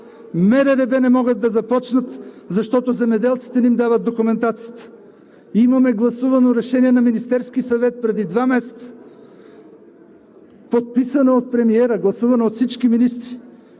МРРБ не могат да започнат, защото земеделците не им дават документацията. Имаме гласувано решение на Министерския съвет преди два месеца, подписано от премиера, гласувано от всички министри